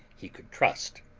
he could trust.